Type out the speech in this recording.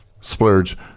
splurge